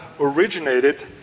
originated